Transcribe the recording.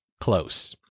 close